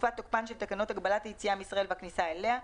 בתקופת תוקפן של תקנות הגבלת היציאה מישראל והכניסה אליה,